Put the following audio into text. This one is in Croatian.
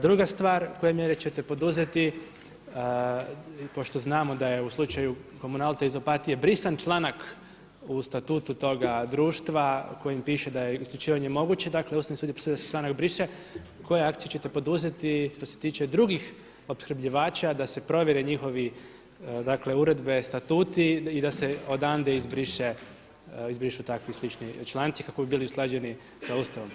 Druga stvar, koje mjere ćete poduzeti, pošto znamo da je u slučaju komunalca iz Opatije brisan članak u statutu toga društva u kojem piše da je isključivanje moguće, dakle Ustavni sud je presudio da se članak briše, koje akcije ćete poduzeti što se tiče drugih opskrbljivača da se provjere njihovi dakle uredbe, statuti i da se odande izbrišu takvi slični članci kako bi bili usklađeni sa Ustavom.